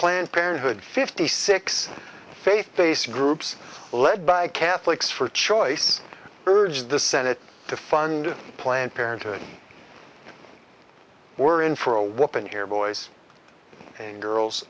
planned parenthood fifty six faith based groups led by catholics for choice urge the senate to fund planned parenthood we're in for a weapon here boys and